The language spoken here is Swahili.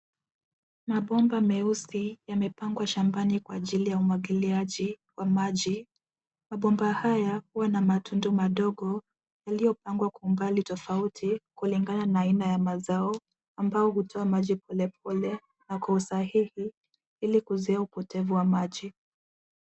Mabomba meusi yamepangwa shambani kwa ajili ya umwagiliaji wa maji. Mabomba haya huwa na matundu madogo yaliopangwa kwa umbali tofauti kulingana na aina ya mazao ambayo utoa maji polepole na kwa usahihi ili kuzuia upotevu wa maji.